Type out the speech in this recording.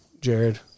Jared